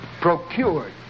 procured